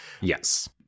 Yes